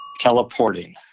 Teleporting